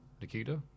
Nikita